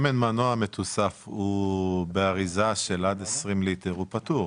שמן מנוע מתוסף הוא באריזה של עד 20 ליטר הוא פטור.